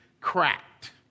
cracked